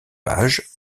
pages